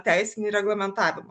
teisinį reglamentavimą